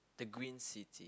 the green city